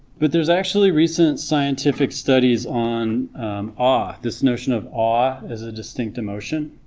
but there's actually recent scientific studies on awe, this notion of awe as a distinct emotion,